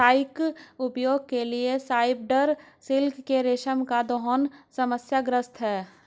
व्यावसायिक उपयोग के लिए स्पाइडर सिल्क के रेशम का दोहन समस्याग्रस्त है